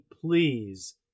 please